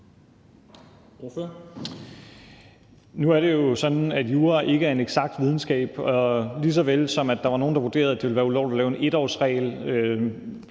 Nu er det jo sådan, at jura ikke er en eksakt videnskab, og lige så vel som at der var nogle, der vurderede, at det ville være ulovligt at lave en 1-årsregel,